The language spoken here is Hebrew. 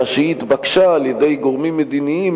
אלא שהיא התבקשה על-ידי גורמים מדיניים